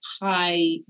high